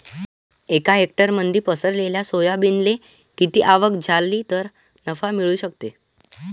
एका हेक्टरमंदी पेरलेल्या सोयाबीनले किती आवक झाली तं नफा मिळू शकन?